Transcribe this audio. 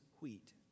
wheat